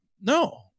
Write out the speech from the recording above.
no